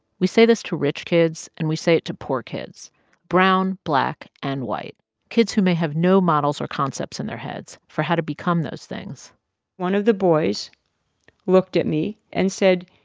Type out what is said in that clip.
we say this to rich kids, and we say it to poor kids brown, black and white kids who may have no models or concepts in their heads for how to become those things one of the boys looked at me and said,